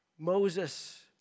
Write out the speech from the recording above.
Moses